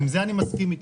עם זה אני מסכים איתך.